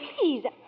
please